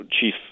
Chief